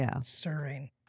serving